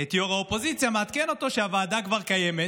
את ראש האופוזיציה מעדכן אותו שהוועדה כבר קיימת,